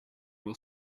will